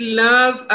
love